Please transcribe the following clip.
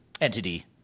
entity